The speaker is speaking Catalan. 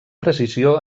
precisió